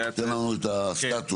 תן לנו את הסטטוס.